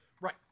Right